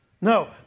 No